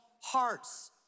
hearts